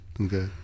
Okay